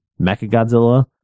Mechagodzilla